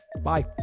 Bye